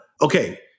okay